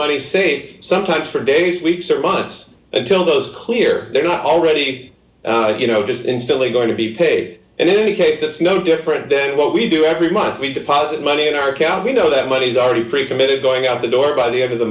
money safe sometimes for days weeks or months until those clear they're not already you know just instantly going to be paid and in any case that's no different than what we do every month we deposit money in our county know that money's already pretty committed going out the door by the end of the